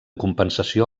compensació